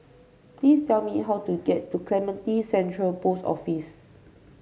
please tell me how to get to Clementi Central Post Office